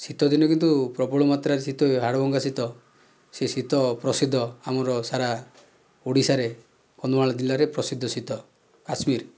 ଶୀତଦିନେ କିନ୍ତୁ ପ୍ରବଳ ମାତ୍ରାରେ ଶୀତ ହୁଏ ହାଡ଼ ଭଙ୍ଗା ଶୀତ ସେ ଶୀତ ପ୍ରସିଦ୍ଧ ଆମର ସାରା ଓଡ଼ିଶାରେ କନ୍ଧମାଳ ଜିଲ୍ଲାରେ ପ୍ରସିଦ୍ଧ ଶୀତ କାଶ୍ମୀର